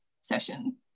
session